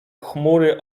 chmury